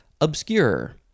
obscure